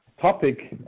topic